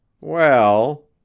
Well